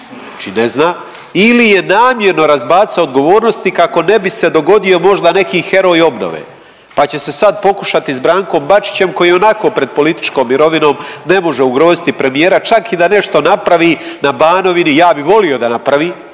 znači ne zna ili je namjerno razbacao odgovornosti kako ne bi se dogodio možda neki heroj obnove, pa će se sad pokušati sa Brankom Bačićem koji je ionako pred političkom mirovinom ne može ugroziti premijera čak i da nešto napravi na Banovini, ja bih volio da napravi.